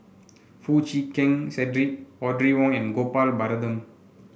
Foo Chee Keng Cedric Audrey Wong and Gopal Baratham